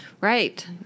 Right